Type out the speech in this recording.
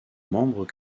membres